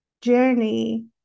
journey